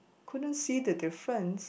couldn't see the different